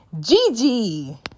Gigi